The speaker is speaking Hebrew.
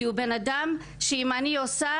כי הוא בן אדם שאם אני עושה,